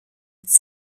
its